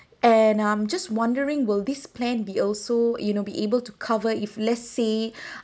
and I'm just wondering will this plan be also you know be able to cover if let's say